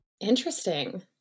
Interesting